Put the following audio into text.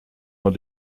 von